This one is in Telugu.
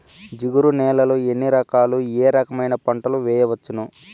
జిగురు నేలలు ఎన్ని రకాలు ఏ రకమైన పంటలు వేయవచ్చును?